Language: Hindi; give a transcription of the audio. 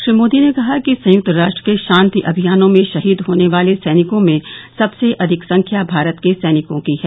श्री मोदी ने कहा कि संयुक्त राष्ट्र के शांति अभियानों में शहीद होने वाले सैनिकों में सबसे अधिक संख्या भारत के सैनिकों की है